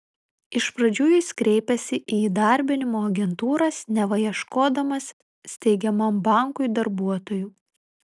iš pradžių jis kreipėsi į įdarbinimo agentūras neva ieškodamas steigiamam bankui darbuotojų